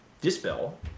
dispel